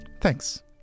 thanks